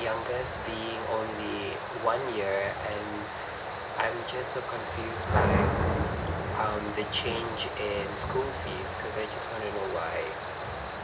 my youngest being only one year I'm just confuse by the um change in school fees because I just wanna know why